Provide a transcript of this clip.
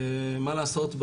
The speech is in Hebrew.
מה לעשות,